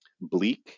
bleak